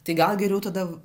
tai gal geriau tada